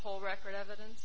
whole record evidence